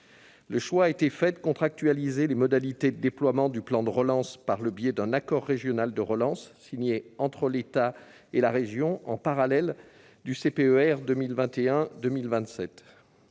Le choix a été fait de contractualiser les modalités de déploiement du plan de relance par le biais d'un « accord régional de relance », signé entre l'État et la région en parallèle du contrat